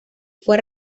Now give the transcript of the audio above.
fue